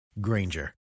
Granger